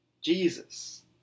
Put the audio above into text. Jesus